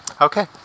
Okay